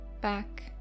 back